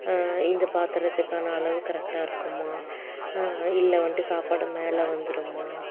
இந்த பாத்திரத்துக்கான அளவு கரெக்டாக இருக்குமா இல்லை வந்துட்டு சாப்பாடு மேலே வந்துடுமா